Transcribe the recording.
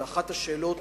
אחת השאלות